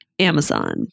Amazon